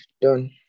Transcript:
done